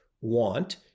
want